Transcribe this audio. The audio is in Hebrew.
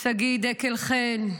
שגיא דקל חן,